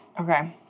Okay